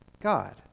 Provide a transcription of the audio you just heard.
God